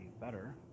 better